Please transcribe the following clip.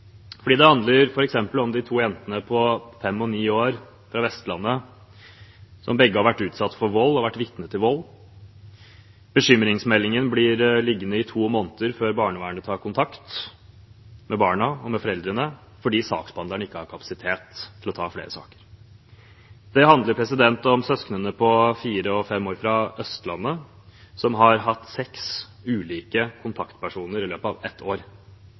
for det handler f.eks. om de to jentene på fem og ni år fra Vestlandet som begge har vært utsatt for vold, og har vært vitne til vold. Bekymringsmeldingen blir liggende i to måneder før barnevernet tar kontakt med barna og med foreldrene, fordi saksbehandlerne ikke har kapasitet til å ta flere saker. Det handler om søsknene på fire og fem år fra Østlandet som har hatt seks ulike kontaktpersoner i løpet av ett år.